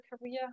career